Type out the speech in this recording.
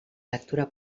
lectura